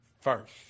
first